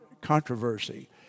controversy